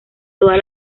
todas